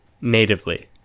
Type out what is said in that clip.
natively